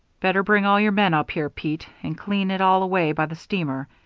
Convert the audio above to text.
better bring all your men up here, pete, and clean it all away by the steamer.